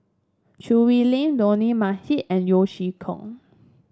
Choo Hwee Lim Dollah Majid and Yeo Chee Kiong